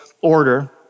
order